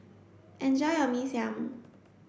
enjoy your Mee Siam